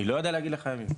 אני לא יודע להגיד לך ימים.